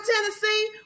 Tennessee